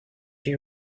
you